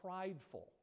prideful